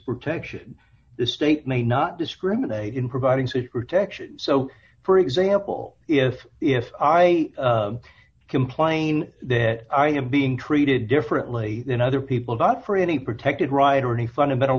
protection the state may not discriminate in providing such protection so for example if if i complain that i am being treated differently than other people but for any protected right or any fundamental